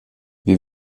wir